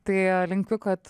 tai linkiu kad